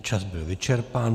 Čas byl vyčerpán.